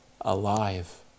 alive